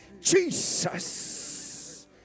Jesus